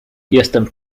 jestem